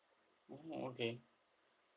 oh okay